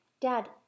Dad